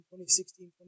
2016